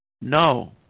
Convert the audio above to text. No